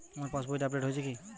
আমার পাশবইটা আপডেট হয়েছে কি?